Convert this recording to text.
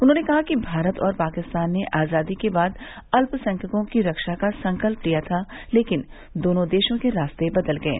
उन्होंने कहा कि भारत और पाकिस्तान ने आजादी के बाद अल्पसंख्यकों की रक्षा का संकल्प लिया था लेकिन दोनों देशों के रास्ते बदल गये